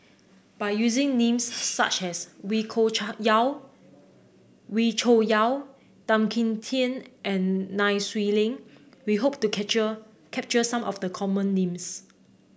by using names such as Wee Yaw Wee Cho Yaw Tan Kim Tian and Nai Swee Leng we hope to capture some of the common names